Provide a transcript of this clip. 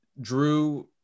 Drew